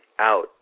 out